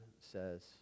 says